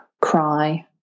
cry